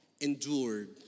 Endured